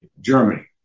Germany